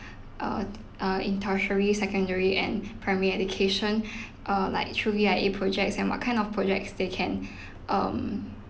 err err in tertiary secondary and primary education err like through V_I_A projects and what kind of projects they can um